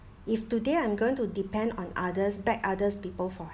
if today I am going to depend on others beg others people for